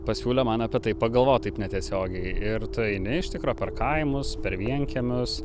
pasiūlė man apie tai pagalvot taip netiesiogiai ir tu eini iš tikro per kaimus per vienkiemius